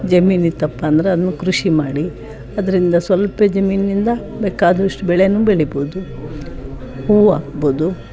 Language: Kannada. ಜಮೀನು ಇತ್ತಪ್ಪ ಅಂದ್ರೆ ಅದ್ನ ಕೃಷಿ ಮಾಡಿ ಅದರಿಂದ ಸ್ವಲ್ಪ ಜಮೀನಿನಿಂದ ಬೇಕಾದಷ್ಟು ಬೆಳೆನೂ ಬೆಳೀಬೋದು ಹೂವು ಹಾಕ್ಬೋದು